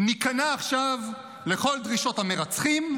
ניכנע עכשיו לכל דרישות המרצחים,